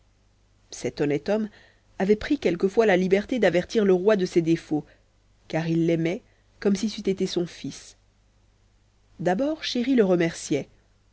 cet honnête homme avait pris quelquefois la liberté d'avertir le roi de ses défauts car il l'aimait comme si c'eût été son fils d'abord chéri le remerciait